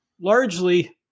largely